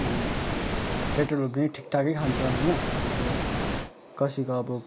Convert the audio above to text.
अनि पेट्रोलहरू पनि ठिकठाकै खान्छ होइन कसैको अब